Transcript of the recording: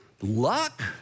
luck